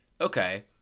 okay